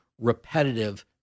repetitive